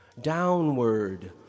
Downward